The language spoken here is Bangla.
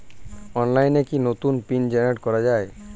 অনলাইনে কি নতুন পিন জেনারেট করা যায়?